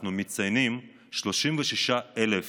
אנחנו מציינים את 36,000